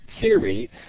theory